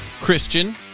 Christian